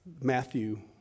Matthew